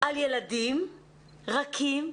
על ילדים רכים,